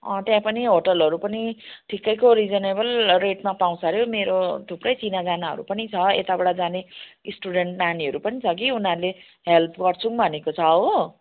त्याहाँ पनि होटलहरू पनि ठिकैको रिजनेबल रेटमा पाउँछ अरे हो मेरो थुप्रै चिनाजानाहरू पनि छ यताबाट जाने स्टुडेन्ट नानीहरू पनि छ कि उनीहरूले हेल्प गर्छौँ भनेको छ हो